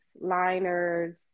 liners